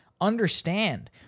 understand